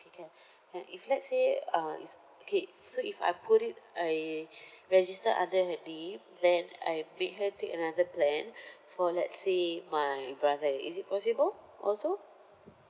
okay can can if let's say uh is okay so if I put it I register under her name then I make her take another plan for let's say my brother is it possible also